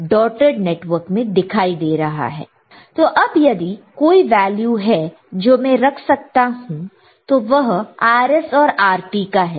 By T to π conversion RfRt2 2Rt RsRs To design a T network first pick RtRf2 Then calculate RsRt2 Rf 2Rt तो अब यदि कोई value है जो मैं रख सकता हूं तो वह Rs और Rt का है